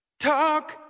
Talk